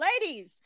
Ladies